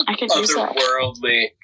otherworldly